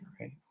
right